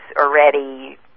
already